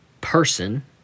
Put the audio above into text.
person